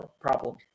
problem